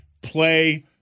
Play